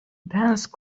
dense